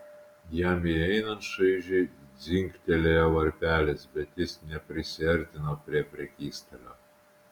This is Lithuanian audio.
jam įeinant šaižiai dzingtelėjo varpelis bet jis neprisiartino prie prekystalio